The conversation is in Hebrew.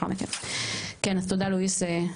כן, אז תודה לואיס.